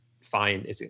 fine